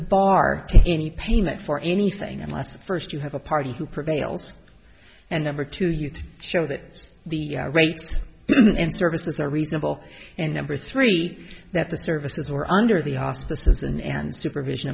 bar to any payment for anything unless first you have a party who prevails and number two you show that the rates and services are reasonable and number three that the services were under the auspices and supervision